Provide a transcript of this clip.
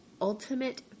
ultimate